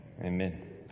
Amen